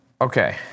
Okay